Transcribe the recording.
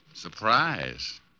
Surprise